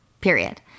Period